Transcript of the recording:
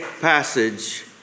passage